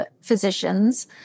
physicians